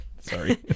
Sorry